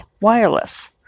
Wireless